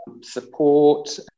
support